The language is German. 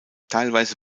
teilweise